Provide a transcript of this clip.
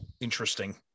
Interesting